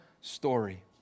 story